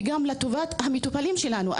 וגם לטובת המטופלים שלנו.